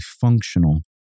functional